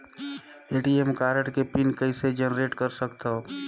ATM card के PIN कइसे generate कर सकथव?